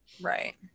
Right